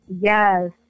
Yes